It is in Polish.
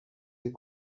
tych